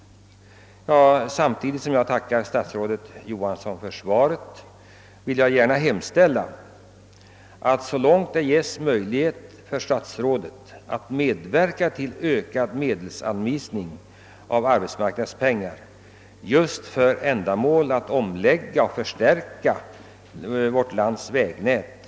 Samtidigt som jag än en gång tackar statsrådet Johansson för svaret vill jag gärna hemställa att han, så långt därtill ges möjlighet, ville medverka till en ökad anvisning av arbetsmarknadsmedel i syfte att lägga om och förstärka vårt lands vägnät.